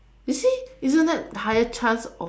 you see isn't that higher chance of